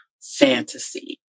fantasy